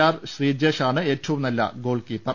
R ശ്രീജേഷാണ് ഏറ്റവും നല്ല ഗോൾകീപ്പർ